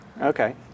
Okay